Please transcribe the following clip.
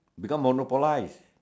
become monopolize